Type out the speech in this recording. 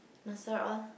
all